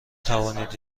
توانید